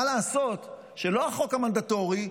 מה לעשות שלא החוק המנדטורי,